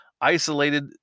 isolated